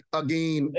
again